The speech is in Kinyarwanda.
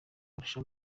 arushe